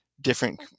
different